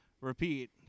Repeat